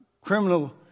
Criminal